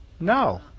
No